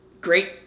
great